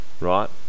right